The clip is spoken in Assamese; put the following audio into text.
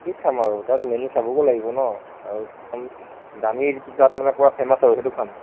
কি খাম আৰু তাত মেন্যু চাবগৈ লাগিব ন আৰু একদম দামী যিটো তাত মানে ক'ৰবাত ফেমাচ আৰু সেইটো খাম